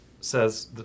says